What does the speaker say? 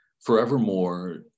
forevermore